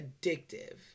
addictive